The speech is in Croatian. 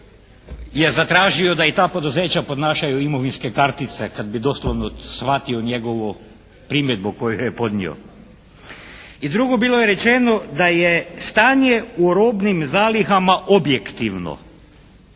je zatražio da i ta poduzeća podnašaju imovinske kartice kad bi doslovno shvatio njegovu primjedbu koju je podnio. I drugo, bilo je rečeno da je stanje o robnim zalihama objektivno.